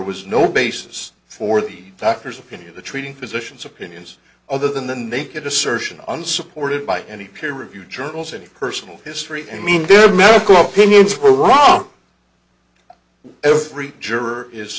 was no basis for the doctor's opinion the treating physicians opinions other than the naked assertion unsupported by any peer reviewed journals and personal history and mean their medical opinions were wrong every